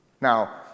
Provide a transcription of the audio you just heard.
Now